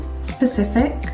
Specific